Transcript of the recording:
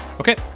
Okay